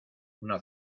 una